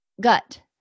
gut